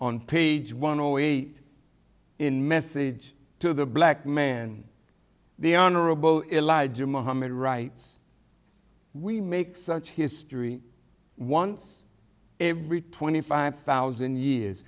on page one away in message to the black man the honorable elijah muhammad writes we make such history once every twenty five thousand years